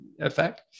effect